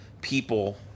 people